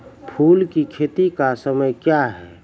फुल की खेती का समय क्या हैं?